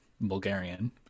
Bulgarian